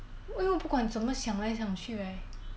因为我不管怎么想来想去 right